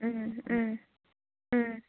ꯎꯝ ꯎꯝ ꯎꯝ